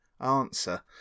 answer